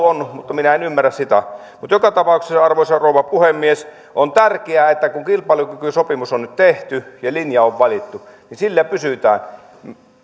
on mutta minä en ymmärrä sitä joka tapauksessa arvoisa rouva puhemies on tärkeää että kun kilpailukykysopimus on nyt tehty ja linja on valittu niin sillä pysytään